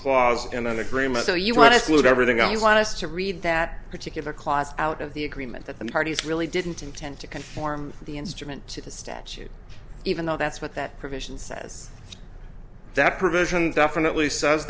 clause in an agreement so you want to split everything i want us to read that particular class out of the agreement that the parties really didn't intend to conform the instrument to the statute even though that's what that provision says that provision definitely says